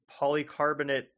polycarbonate